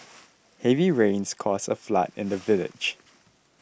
heavy rains caused a flood in the village